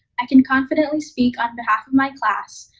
i can confidently speak on behalf of my class.